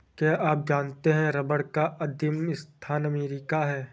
क्या आप जानते है रबर का आदिमस्थान अमरीका है?